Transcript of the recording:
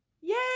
Yay